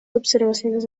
observaciones